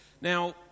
Now